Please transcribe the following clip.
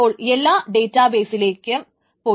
അപ്പോൾ എല്ലാം ഡേറ്റാ ബെയിസിലേക്ക് പോയി